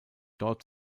dort